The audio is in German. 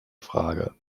frage